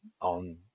on